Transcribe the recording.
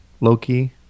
Loki